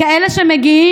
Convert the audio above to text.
חוץ וביטחון כאלה שמגיעים,